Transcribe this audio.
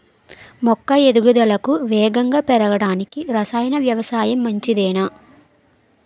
మొక్క ఎదుగుదలకు వేగంగా పెరగడానికి, రసాయన వ్యవసాయం మంచిదేనా?